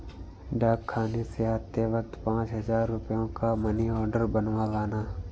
डाकखाने से आते वक्त पाँच हजार रुपयों का मनी आर्डर बनवा लाना